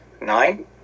Nine